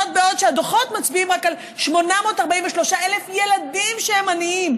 בעוד הדוחות מצביעים על 843,000 רק מהילדים שהם עניים.